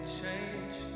change